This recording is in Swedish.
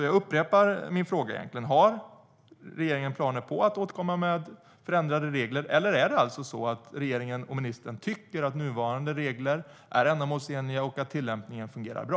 Jag upprepar min fråga: Har regeringen planer på att återkomma med förändrade regler, eller tycker regeringen och ministern att nuvarande regler är ändamålsenliga och att tillämpningen fungerar bra?